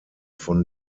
von